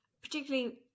particularly